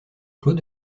clos